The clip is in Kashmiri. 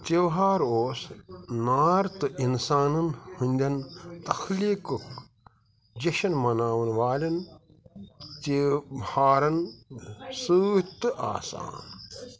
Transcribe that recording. تہوار اوس نار تہٕ انسانَن ہنٛدیٚن تخلیٖقُک جشن مناوَن والیٚن تہوارن سۭتی تہٕ آسان